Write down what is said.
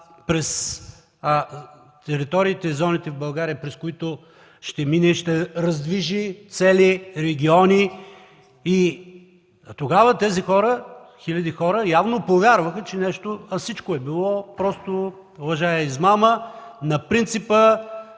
през териториите и зоните в България, през които ще мине и ще раздвижи цели региони и тогава тези хиляди хора явно повярваха, че нещо... А всичко е било просто лъжа и измама на принципа